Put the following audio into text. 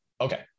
Okay